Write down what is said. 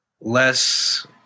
less